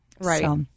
Right